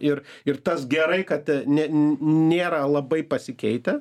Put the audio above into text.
ir ir tas gerai kad ne nėra labai pasikeitę